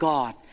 God